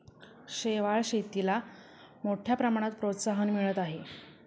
शेवाळ शेतीला मोठ्या प्रमाणात प्रोत्साहन मिळत आहे